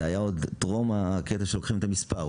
זה היה עוד טרום לקיחת המספר.